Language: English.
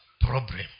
problem